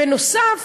בנוסף,